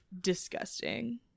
disgusting